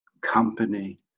company